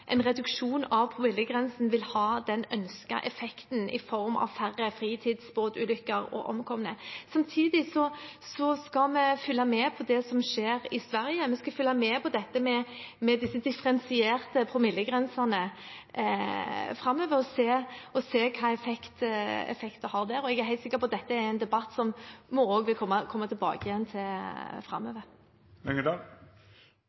en reduksjon av promillegrensen vil ha den ønskede effekten i form av færre fritidsbåtulykker og omkomne. Samtidig skal vi følge med på det som skjer i Sverige framover, vi skal følge med på dette med differensierte promillegrenser og se på hvilke effekter det har der. Jeg er helt sikker på at dette er en debatt vi også vil komme tilbake til